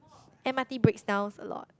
M_R_T breaks downs a lot